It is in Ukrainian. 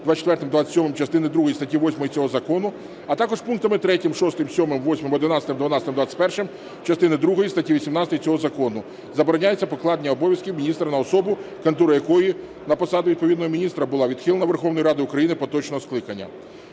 24, 27 частини другої статті 8 цього закону, а також пунктами 3, 6, 7, 8, 11, 12, 21 частини другої статті 18 цього закону. Забороняється покладення обов'язків міністра на особу, кандидатура якої на посаду відповідного міністра була відхилена Верховною Радою України поточного скликання".